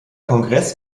kongress